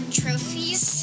trophies